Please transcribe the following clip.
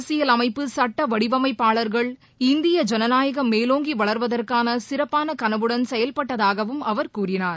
அரசியல் அமைப்பு சட்ட வடிவமைப்பாளர்கள் இந்திய இனநாயகம் மேலோங்கி வளர்வதற்கான சிறப்பான கனவுடன் செயல்பட்டதாகவும் அவர் கூறினார்